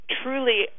truly